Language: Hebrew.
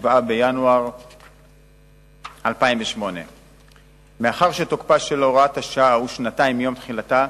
7 בינואר 2008. מאחר שתוקפה של הוראת השעה הוא לשנתיים מיום תחילתה,